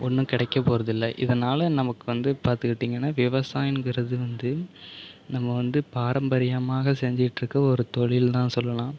ஒன்றும் கிடைக்க போகிறது இல்லை இதனால் நமக்கு வந்து பார்த்துக்கிட்டிங்கன்னா விவசாயம்ங்கிறது வந்து நம்ம வந்து பாரம்பரியமாக செஞ்சுகிட்டு இருக்கற ஒரு தொழில் தான் சொல்லலாம்